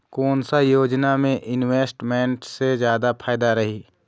कोन सा योजना मे इन्वेस्टमेंट से जादा फायदा रही?